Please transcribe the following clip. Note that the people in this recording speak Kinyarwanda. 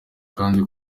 kandi